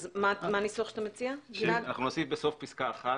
אז נוסיף בסוף פסקה (1)